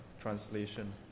translation